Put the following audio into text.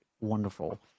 wonderful